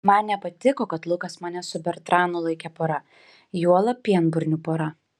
man nepatiko kad lukas mane su bertranu laikė pora juolab pienburnių pora